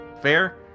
Fair